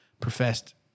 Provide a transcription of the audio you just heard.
professed